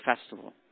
festival